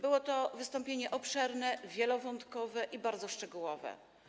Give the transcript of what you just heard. Było to wystąpienie obszerne, wielowątkowe i bardzo szczegółowe.